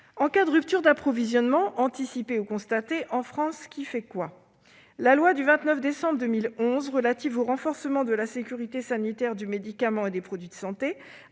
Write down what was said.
en cas de rupture d'approvisionnement anticipée ou constatée, qui fait quoi ? La loi du 29 décembre 2011, relative au renforcement de la sécurité sanitaire du médicament et des produits de santé,